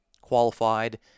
qualified